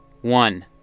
One